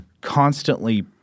constantly –